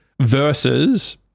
versus